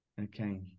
okay